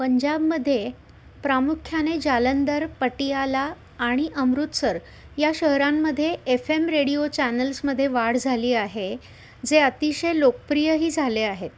पंजाबमध्ये प्रामुख्याने जालंदर पटियाला आणि अमृतसर या शहरांमध्ये एफ एम रेडिओ चॅनल्समध्ये वाढ झाली आहे जे अतिशय लोकप्रियही झाले आहेत